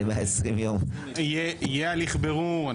יהיה הליך בירור,